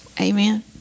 Amen